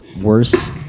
worse